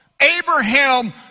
Abraham